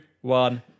one